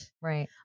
Right